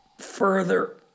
further